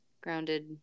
Grounded